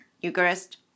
Eucharist